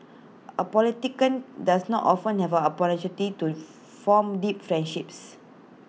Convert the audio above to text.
A politician does not often have A opportunity to form deep friendships